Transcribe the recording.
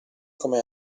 come